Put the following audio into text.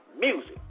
music